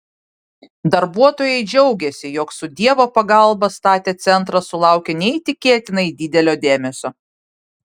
darbuotojai džiaugėsi jog su dievo pagalba statę centrą sulaukia neįtikėtinai didelio dėmesio